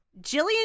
Jillian